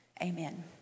Amen